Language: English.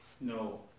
no